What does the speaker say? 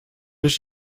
ich